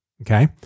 Okay